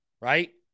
Right